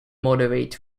moderate